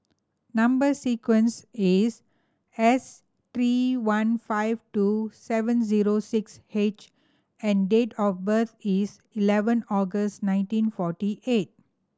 number sequence is S three one five two seven zero six H and date of birth is eleven August nineteen forty eight